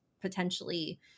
potentially